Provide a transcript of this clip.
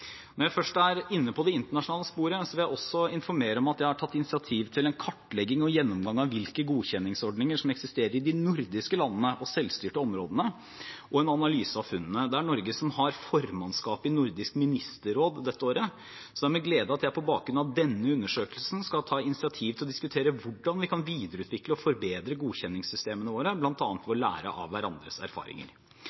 Når jeg først er inne på det internasjonale sporet, vil jeg informere om at jeg har tatt initiativ til en kartlegging og gjennomgang av hvilke godkjenningsordninger som eksisterer i de nordiske landene og selvstyrte områder, og en analyse av funnene. Norge har formannskapet i Nordisk ministerråd dette året, så det er med glede jeg på bakgrunn av denne undersøkelsen skal ta initiativ til å diskutere hvordan vi kan videreutvikle og forbedre våre godkjenningssystemer, bl.a. ved